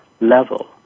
level